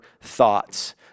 thoughts